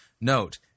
Note